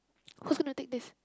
who's gonna take this